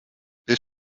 bis